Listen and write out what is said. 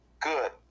Good